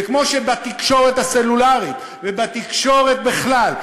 וכמו שבתקשורת הסלולרית ובתקשורת בכלל,